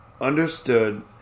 understood